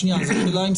אולי בכל